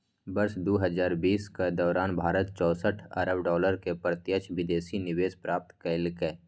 वर्ष दू हजार बीसक दौरान भारत चौंसठ अरब डॉलर के प्रत्यक्ष विदेशी निवेश प्राप्त केलकै